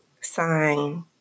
sign